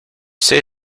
say